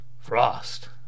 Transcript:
Frost